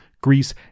Greece